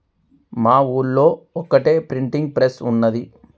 మా ఊళ్లో ఒక్కటే ప్రింటింగ్ ప్రెస్ ఉన్నది